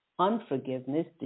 unforgiveness